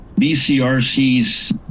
BCRC's